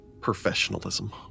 professionalism